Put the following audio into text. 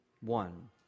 one